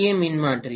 ஏ மின்மாற்றி